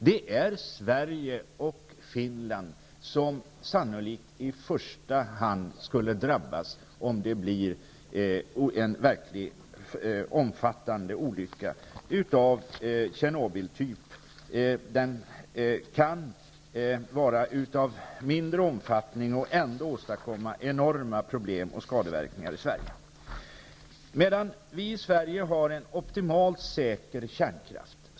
Det är Sverige och Finland som sannolikt i första hand skulle drabbas om det blir en verkligt omfattande olycka av Tjernobyltyp. Den kan vara av mindre omfattning och ändå åstadkomma enorma problem och skadeverkningar i Sverige. Vi har i Sverige en optimalt säker kärnkraft.